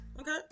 Okay